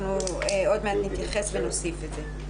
אנחנו עוד מעט נתייחס ונוסיף את זה.